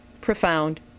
profound